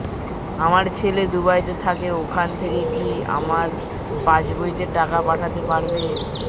আমার ছেলে দুবাইতে থাকে ওখান থেকে কি আমার পাসবইতে টাকা পাঠাতে পারবে?